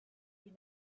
you